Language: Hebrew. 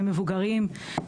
ומבוגרים,